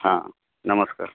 ହଁ ନମସ୍କାର